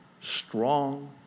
strong